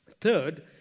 third